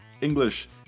english